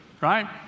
right